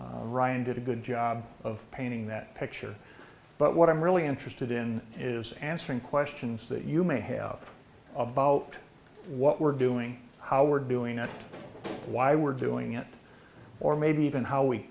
ryan did a good job of painting that picture but what i'm really interested in is answering questions that you may have about what we're doing how we're doing it why we're doing it or maybe even how we